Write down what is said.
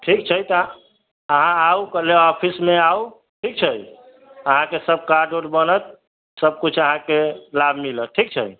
ठीक छै तऽ अहाँ आउ कल्हे ऑफिस मे आउ ठीक छै अहाँके सब कार्ड ऊड बनत सबकिछु अहाँके लाभ मिलत ठीक छै